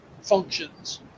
functions